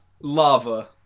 Lava